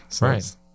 Right